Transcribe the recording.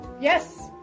Yes